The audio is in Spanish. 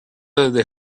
desde